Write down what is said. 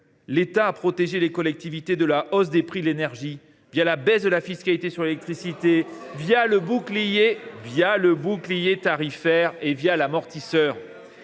l’État a protégé les collectivités de la hausse des prix de l’énergie, la baisse de la fiscalité sur l’électricité, le bouclier tarifaire et l’amortisseur.